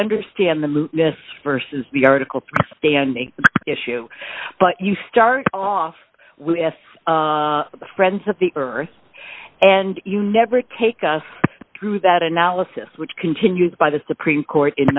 understand the move versus the article standing issue but you start off with the friends of the earth and you never take us through that analysis which continues by the supreme court